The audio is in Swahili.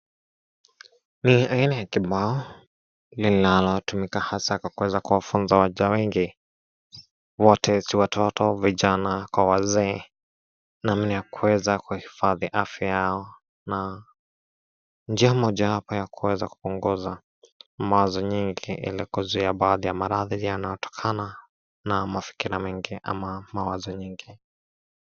Aina ya kibao linatumiwa kufunza waja wengi. Wote si watoto, vijana kwa wazee namna ya kuweza kuhifadhi afya yao. Njia mojawapo ya kuweza kupunguza mawazo mingi ili kuzuia baadhi ya maradhi yanayotokana kutokana kwa mafikiria mengi ama mawazo mengi.